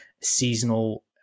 seasonal